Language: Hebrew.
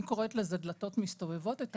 אני קוראת לזה דלתות מסתובבות --- כן,